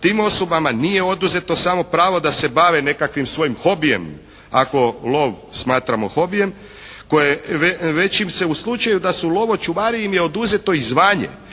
tim osobama nije oduzeto samo pravo da se bave nekakvim svojim hobijem ako lov smatramo hobijem koje već im se u slučaju da su lovočuvari im je oduzeto i zvanje.